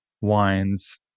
wines